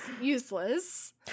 useless